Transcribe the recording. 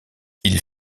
ils